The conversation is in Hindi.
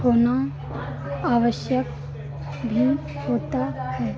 होना आवश्यक भी होता है